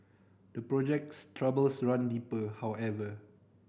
the project's troubles run deeper however